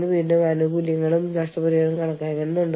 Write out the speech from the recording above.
ഇപ്പോൾ ഇത് മൂന്ന് സാഹചര്യങ്ങളിൽ സംഭവിക്കാം